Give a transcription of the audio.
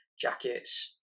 jackets